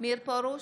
מאיר פרוש,